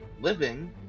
living